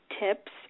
tips